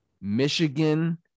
Michigan